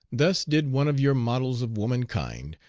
thus did one of your models of womankind,